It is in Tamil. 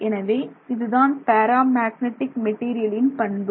எனவே இதுதான் பேரா மேக்னெட்டிக் மெட்டீரியலின் பண்பு